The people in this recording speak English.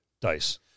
Dice